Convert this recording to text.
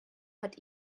hat